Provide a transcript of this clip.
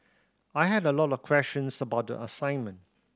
I had a lot of questions about the assignment